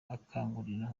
akangurira